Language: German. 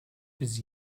bis